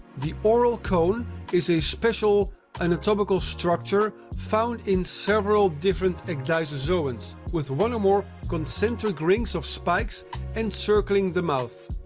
the oral cone is a special anatomical structure found in several different ecdysozoans, with one or more concentric rings of spikes encircling the mouth.